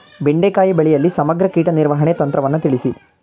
ಬೆಂಡೆಕಾಯಿ ಬೆಳೆಯಲ್ಲಿ ಸಮಗ್ರ ಕೀಟ ನಿರ್ವಹಣೆ ತಂತ್ರವನ್ನು ತಿಳಿಸಿ?